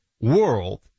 world